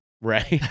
right